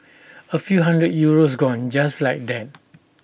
A few hundred euros gone just like that